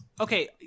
Okay